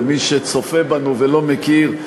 למי שצופה בנו ולא מכיר,